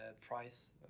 price